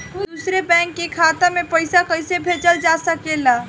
दूसरे बैंक के खाता में पइसा कइसे भेजल जा सके ला?